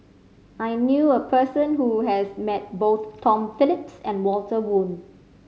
I knew a person who has met both Tom Phillips and Walter Woon